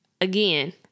again